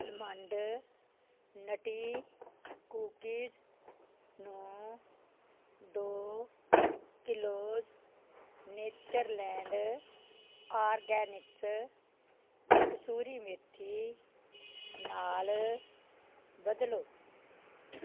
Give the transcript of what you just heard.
almond nutty cookies ਨੂੰ ਦੋ kilos Natureland Organics kasuri methi ਨਾਲ ਬਦਲੋ